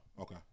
Okay